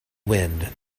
wind